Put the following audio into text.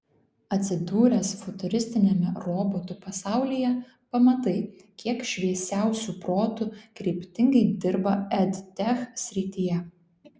atsidūręs futuristiniame robotų pasaulyje pamatai kiek šviesiausių protų kryptingai dirba edtech srityje